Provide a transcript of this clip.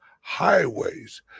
highways